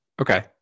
Okay